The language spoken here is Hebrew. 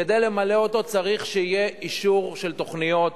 כדי למלא אותו צריך שיהיה אישור של תוכניות